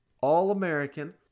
All-American